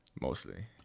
Mostly